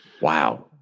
wow